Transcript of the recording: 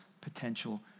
potential